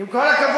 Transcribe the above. עם כל הכבוד.